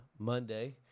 Monday